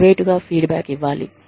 ప్రైవేట్గా ఫీడ్బ్యాక్ ఇవ్వాలి